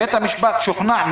"בית המשפט שוכנע,